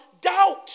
doubt